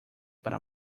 para